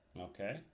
Okay